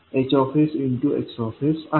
X आहे